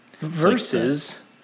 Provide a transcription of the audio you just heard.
Versus